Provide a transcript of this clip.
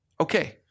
Okay